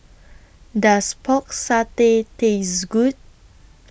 Does Pork Satay Taste Good